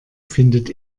findet